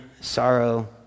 sorrow